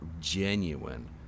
genuine